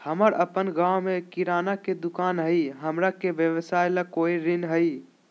हमर अपन गांव में किराना के दुकान हई, हमरा के व्यवसाय ला कोई ऋण हई?